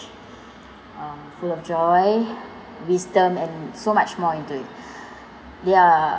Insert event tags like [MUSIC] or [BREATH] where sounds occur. um full of joy wisdom and so much more into it [BREATH] they're